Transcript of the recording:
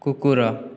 କୁକୁର